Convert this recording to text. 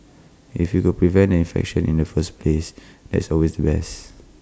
if we could prevent the infection in the first place that's always the best